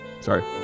Sorry